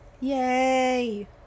Yay